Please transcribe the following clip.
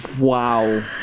Wow